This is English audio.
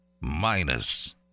minus